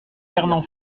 fernand